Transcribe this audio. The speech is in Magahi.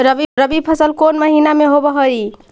रबी फसल कोन महिना में होब हई?